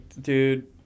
dude